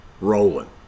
rolling